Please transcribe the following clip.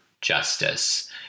justice